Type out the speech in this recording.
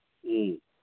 ꯎꯝ